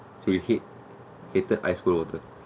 so you hate hated ice cold water